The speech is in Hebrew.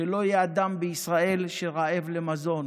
שלא יהיה אדם בישראל שרעב למזון,